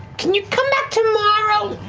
can you come back tomorrow?